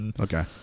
Okay